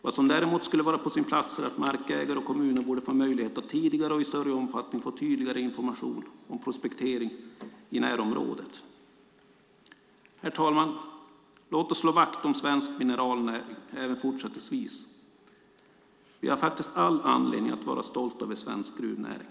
Vad som däremot skulle vara på sin plats är att markägare och kommuner får en möjlighet att tidigare och i större omfattning få en tydligare information om prospektering i närområdet. Herr talman! Låt oss slå vakt om svensk mineralnäring även fortsättningsvis. Vi har faktiskt all anledning att vara stolta över svensk gruvnäring.